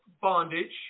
bondage